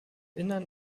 innern